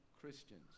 Christians